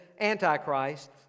Antichrist